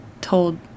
told